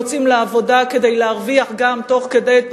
או לא יוצאים באותו זמן לעבודה כדי להרוויח גם את פרנסתם,